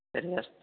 तर्हि अस्तु